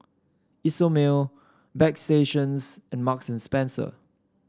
Isomil Bagstationz and Marks and Spencer